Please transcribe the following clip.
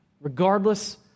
regardless